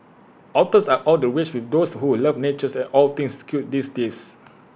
otters are all the rage with those who love nature and all things cute these days